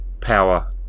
power